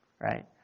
Right